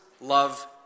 love